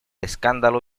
escándalo